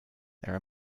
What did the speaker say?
are